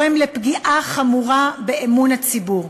פוגע פגיעה חמורה באמון הציבור.